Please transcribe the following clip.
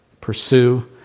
pursue